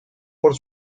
por